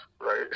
right